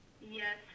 Yes